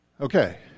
Okay